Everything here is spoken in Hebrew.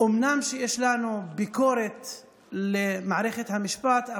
אומנם יש לנו ביקורת על מערכת המשפט,